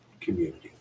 community